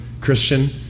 Christian